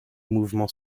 mouvement